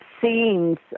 scenes